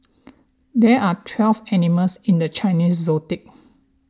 there are twelve animals in the Chinese zodiac